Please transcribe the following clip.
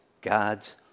God's